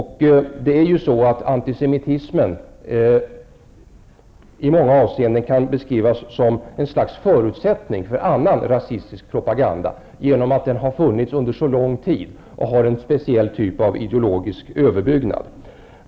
Antisemitismen kan ju i många avseenden beskrivas som ett slags förutsättning för annan rasistisk propaganda genom att den har funnits under så lång tid och genom att den har en speciell typ av ideologisk överbyggnad.